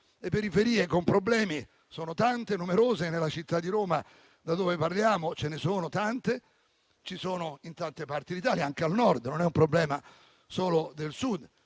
le periferie con problemi sono tante e numerose. Nella città di Roma, da dove parliamo, ce ne sono tante. Ci sono in tante parti d'Italia, anche al Nord perché non è un problema solo del Sud.